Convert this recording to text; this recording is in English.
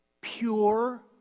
pure